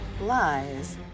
Lies